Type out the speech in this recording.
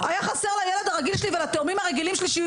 היה חסר לילד הרגיל שלי, ולתאומים הרגילים שלי?